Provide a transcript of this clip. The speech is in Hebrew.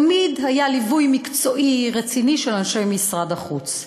תמיד היה ליווי מקצועי רציני של אנשי משרד החוץ,